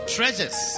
Treasures